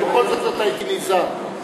בכל זאת הייתי נזהר.